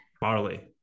barley